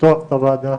לפתוח את הוועדה,